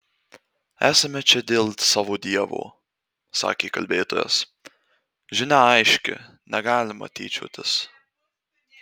esame čia dėl savo dievo sakė kalbėtojas žinia aiški negalima tyčiotis